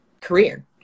career